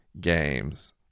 games